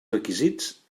requisits